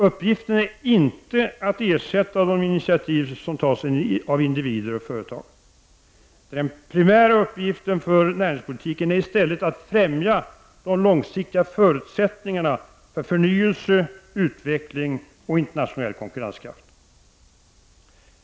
Uppgiften är inte att ersätta de initiativ som tas av individer och företag. Den primära uppgiften för näringspolitiken är i stället att främja de långsiktiga förutsättningarna för förnyelse, utveckling och internationell konkurrenskraft.